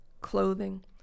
clothing